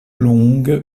longue